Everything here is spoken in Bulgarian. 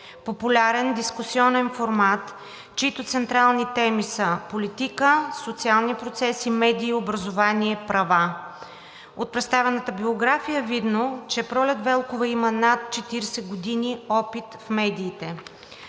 популярен дискусионен формат, чиито централни теми са: политика, социални процеси, медии, образование, права. От представената биография е видно, че Пролет Велкова има над 40 години опит в медиите.